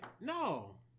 no